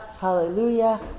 hallelujah